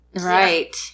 right